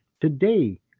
Today